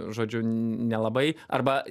žodžiu nelabai arba